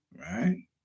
right